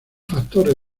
factores